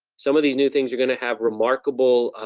some of these new things are gonna have remarkable, ah,